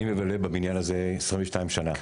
אני מבלה בבניין הזה 22 שנה,